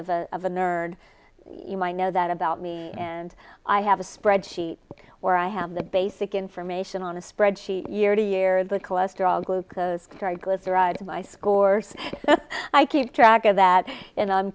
of a of a nerd you might know that about me and i have a spreadsheet where i have the basic information on a spreadsheet year to year the cholesterol glucose very good derived my scores i keep track of that and i'm